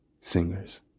singers